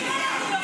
תתביישי לך.